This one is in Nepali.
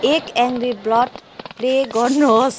एक एन्ग्री बर्ड प्ले गर्नुहोस्